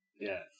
Yes